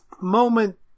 moment